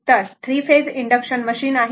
पर 3 phase induction machine आहे